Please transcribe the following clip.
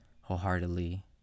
wholeheartedly